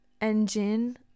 Engine